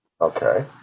Okay